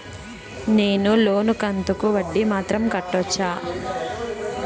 నేను లోను కంతుకు వడ్డీ మాత్రం కట్టొచ్చా?